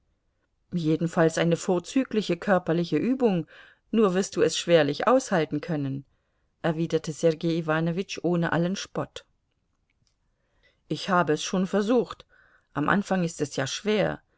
jedenfalls eine vorzügliche körperliche übung nur wirst du es schwerlich aushalten können erwiderte sergei iwanowitsch ohne allen spott ich habe es schon versucht am anfang ist es ja schwer